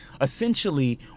Essentially